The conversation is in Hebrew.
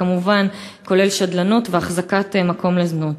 כמובן כולל שדלנות והחזקת מקום לזנות.